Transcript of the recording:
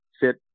fit